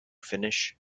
finish